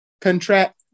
contract